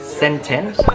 sentence